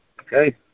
Okay